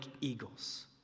eagles